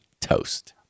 toast